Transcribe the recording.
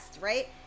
right